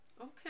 Okay